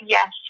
Yes